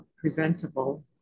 preventable